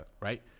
Right